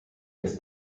des